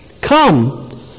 Come